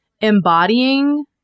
embodying